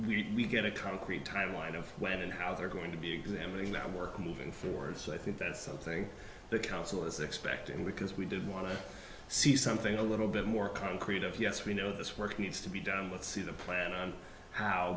come we get a concrete timeline of when and how they're going to be examining that work moving forward so i think that's something the council is expecting because we did want to see something a little bit more concrete of yes we know this work needs to be done with see the plan on how